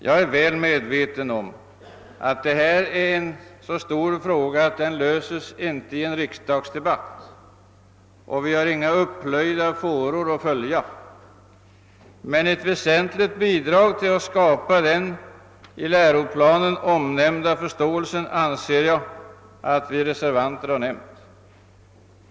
Jag är väl medveten om att detta är en så stor fråga att den inte löses i en riksdagsdebatt, och vi har inga upplöjda fåror att följa, men ett väsentligt bidrag till att skapa den i läroplanen omnämnda förståelsen har enligt min mening nämnts av oss reservanter.